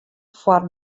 foar